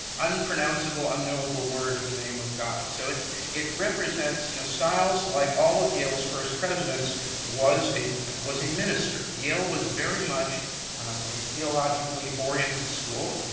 unpronounceable, unknowable word of the name of god. so it it represents, you know, styles like all of yale's first presidents was a was a minister. yale was very much a theologically-oriented school.